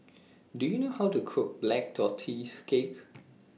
Do YOU know How to Cook Black Tortoise Cake